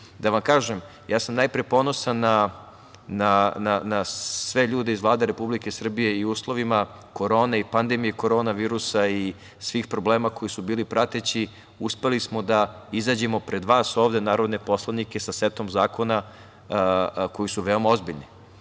da vam kažem, najpre sam ponosan na sve ljude iz Vlade Republike Srbije. U uslovima korone i pandemije korona virusa i svih problema koji su bili prateći uspeli smo da izađemo pred vas ovde narodne poslanike sa setom zakona koji su veoma ozbiljni